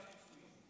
קרן הפיצויים,